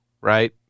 right